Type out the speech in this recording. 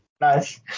nice